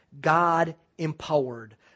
God-empowered